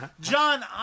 John